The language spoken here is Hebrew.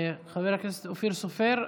חבר הכנסת אופיר סופר,